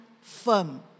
firm